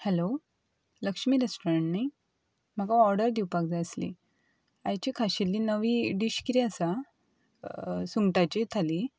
hello Lakshmi restaurant न्ही म्हाका order दिवपाक जाय आसली आयची खाशेल्ली नवी डीश कितें आसा सुंगटाची थाळी